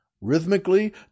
rhythmically